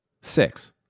Six